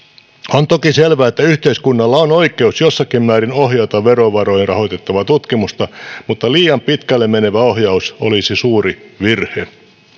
on toki selvää että yhteiskunnalla on oikeus jossakin määrin ohjata verovaroilla rahoitettavaa tutkimusta mutta liian pitkälle menevä ohjaus olisi suuri virhe